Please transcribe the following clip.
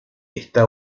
está